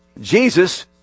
Jesus